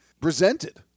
presented